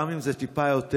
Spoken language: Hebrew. גם אם זה טיפה יותר,